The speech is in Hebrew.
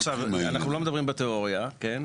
עכשיו, אנחנו לא מדברים בתיאוריה, כן?